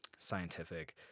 scientific